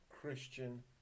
Christian